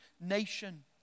nation